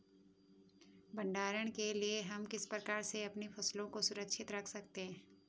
भंडारण के लिए हम किस प्रकार से अपनी फसलों को सुरक्षित रख सकते हैं?